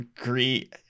agree